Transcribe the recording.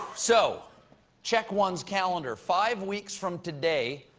so check one's calendar. five weeks from today,